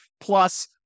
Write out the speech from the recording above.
Plus